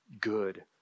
good